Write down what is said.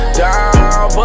down